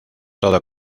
todo